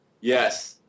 Yes